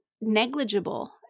negligible